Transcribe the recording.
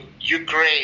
Ukraine